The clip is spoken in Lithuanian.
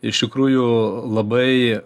iš tikrųjų labai